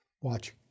Watch